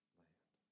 land